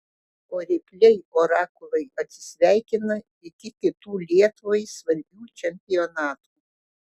o rykliai orakulai atsisveikina iki kitų lietuvai svarbių čempionatų